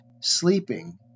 sleeping